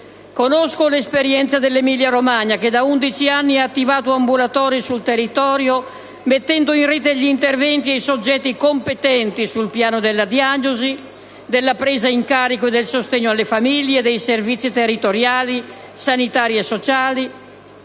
Conosco l'esperienza dell'Emilia-Romagna che da 11 anni ha attivato ambulatori sul territorio mettendo in rete gli interventi e i soggetti competenti sul piano della diagnosi, della presa in carico del sostegno alle famiglie, dei servizi territoriali, sanitari e sociali,